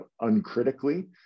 uncritically